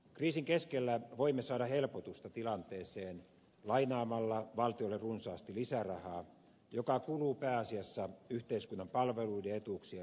kriisin keskellä voimme saada helpotusta tilanteeseen lainaamalla valtiolle runsaasti lisärahaa joka kuluu pääasiassa yhteiskunnan palveluiden ja etuuksien rahoittamiseen